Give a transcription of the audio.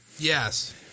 Yes